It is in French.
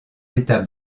états